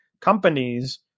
companies